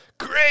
great